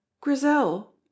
Grizel